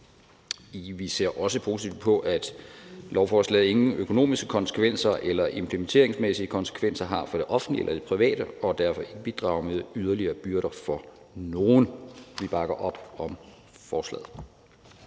Vi ser også positivt på, at lovforslaget ingen økonomiske konsekvenser eller implementeringsmæssige konsekvenser har for det offentlige eller det private og derved ikke bidrager med yderligere byrder for nogen. Vi bakker op om forslaget.